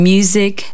Music